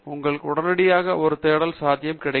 உங்களுக்கு உடனடியாக ஒரு தேடல் சாத்தியம் கிடைக்கும்